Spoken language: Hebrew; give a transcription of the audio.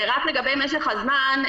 משך הזמן,